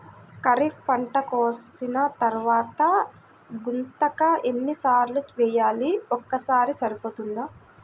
ఖరీఫ్ పంట కోసిన తరువాత గుంతక ఎన్ని సార్లు వేయాలి? ఒక్కసారి సరిపోతుందా?